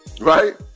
right